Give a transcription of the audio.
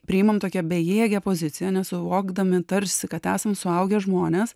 priimam tokią bejėgę poziciją nesuvokdami tarsi kad esam suaugę žmonės